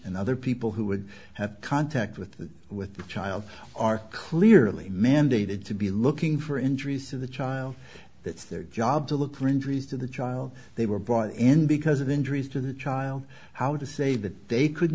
and other people who would have contact with the with child are clearly mandated to be looking for injuries to the child that's their job to look for injuries to the child they were brought in because of injuries to the child how to say that they could